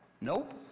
Nope